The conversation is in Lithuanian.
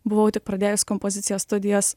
buvau tik pradėjus kompozicijos studijas